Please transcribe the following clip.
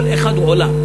כל אחד הוא עולם.